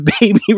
baby